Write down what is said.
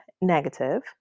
negative